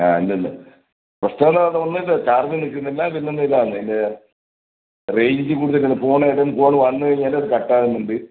ആ ഉണ്ടല്ലേ പ്രശ്നമെന്നുപറഞ്ഞാൽ ഒന്നുമില്ലാ ചാർജ് നിൽക്കുന്നില്ല പിന്നൊന്നിതാണ് അതിൻ്റെ റേഞ്ചു കൂടുതൽ ഫോണിലേതേലും കോൾ വന്നുകഴിഞ്ഞാലും അത് കട്ടാവുന്നുണ്ട്